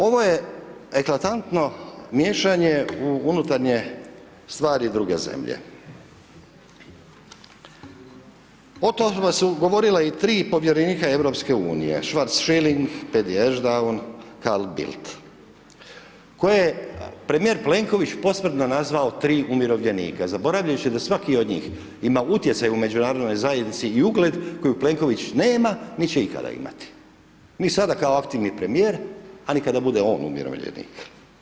Ovo je eklatantno miješanje u unutarnje stvari druge zemlje, o tome su govorila i 3 povjerenika EU, Schwarz - Schilling, Pedi Ešdaun, Karl Bild koje je premijer Plenković posprdno nazvao tri umirovljenika, zaboravljajući da svaki od njih ima utjecaj u Međunarodnoj zajednici i ugled koju Plenković nema, niti će ikada imati, niti sada kao aktivni premijer, a ni kada bude on umirovljenik.